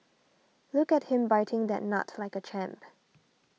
look at him biting that nut like a champ